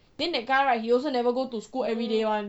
then the guy right he also never go to school everyday [one]